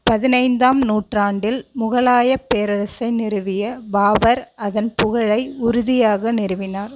பதினைந்தாம் நூற்றாண்டில் முகலாயப் பேரரசை நிறுவிய பாபர் அதன் புகழை உறுதியாக நிறுவினார்